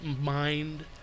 mind